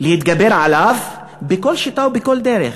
להתגבר עליו בכל שיטה ובכל דרך.